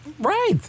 Right